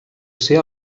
ser